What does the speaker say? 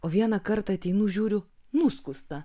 o vieną kartą ateinu žiūriu nuskusta